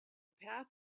path